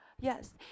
Yes